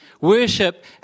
Worship